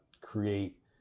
create